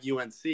UNC